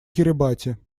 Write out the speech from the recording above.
кирибати